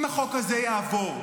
אם החוק הזה יעבור,